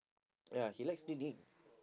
ya he likes cleaning